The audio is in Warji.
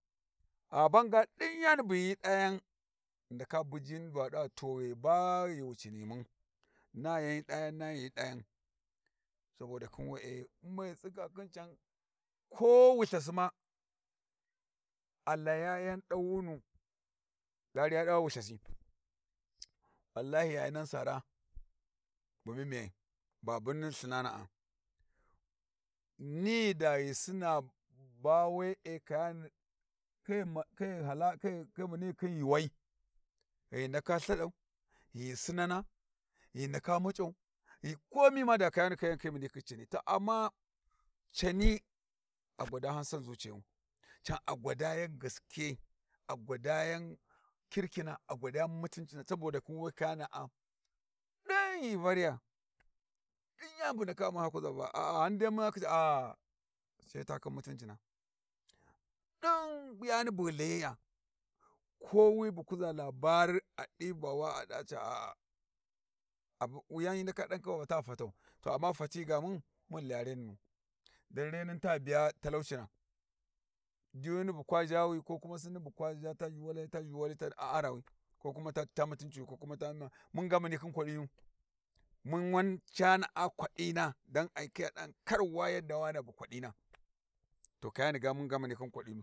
Gha ban ga din yani bu hyi dayan ghi ndaka buji va d to ghi bag hi wi cinimun, nay an hyi dayan nayan hyi dayan soboda khin we`e mai tsiga khin can ko wulthasi ma a layi yan dawunu ga aru ya dawa wulthasi, wallahi yayinan sa ara, bu mimiyai babuni lthinana a ni da ghi sin aba we`e kayani kai kai ghi ghi ndaka lthadau ghi sinana ghi ndaka mucau ghi komima da kayani muna khin cani to amma a gwada han san zuci yayu can a gwada yan gaskiya a gwadayan kirkina a gwadaya yan kirkina a gwadayan mutuncina saboda khin we kayana`a din ghi ghu variya din yani bu ghu ndaka umma sai ma kuza va aa handai aa te ta khin mutumcina. din yani bug hi layiyu, kowi bu kuza labari a di va wa ca a`a abu wuyan hyi ndaka dan va kawai ta fatau to amma fati gam un mun ghi laya reninu, dan reninta biyi talacina, diyuni bu kwa zha wi ko kuwa sanni bukwai za ta zhu walai ta zhu walaiko kuma ta arawi, ko kuma ta ta mutuciwi, ko kuma ta munga mu ni khin kwadinu, mun wan cana `a kwadina, dan ai khiya dan kar wa yarda wa Ghana bu kwadinu.